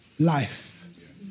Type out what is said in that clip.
Life